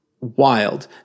wild